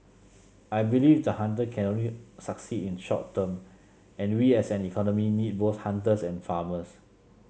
I believe the hunter can only succeed in short term and we as an economy need both hunters and farmers